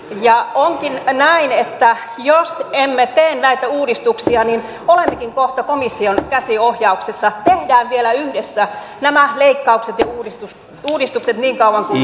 ja onkin näin että jos emme tee näitä uudistuksia olemmekin kohta komission käsiohjauksessa tehdään vielä yhdessä nämä leikkaukset ja uudistukset niin kauan kuin